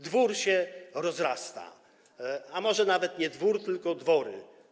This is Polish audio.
Dwór się rozrasta, a może nawet nie dwór, tylko dwory.